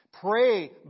Pray